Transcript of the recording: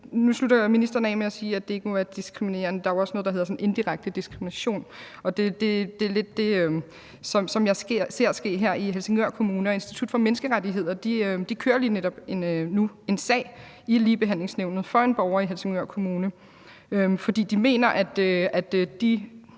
Nu slutter ministeren af med at sige, at det ikke må være diskriminerende. Der er jo også noget, der hedder indirekte diskrimination, og det er lidt det, som jeg ser sker her i Helsingør Kommune. Og Institut for Menneskerettigheder kører lige netop nu en sag i Ligebehandlingsnævnet for en borger i Helsingør Kommune, fordi de mener, at de